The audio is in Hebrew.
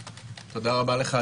תודה רבה לך,